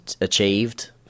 achieved